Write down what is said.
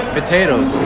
potatoes